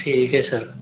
ठीक है सर